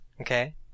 okay